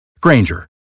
Granger